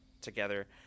together